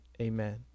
Amen